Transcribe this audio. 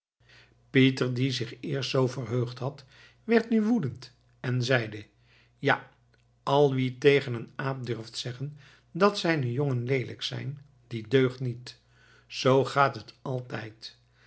pieter die zich eerst zoo verheugd had werd nu woedend en zeide ja al wie tegen eenen aap durft zeggen dat zijne jongen leelijk zijn die deugt niet zoo gaat het altijd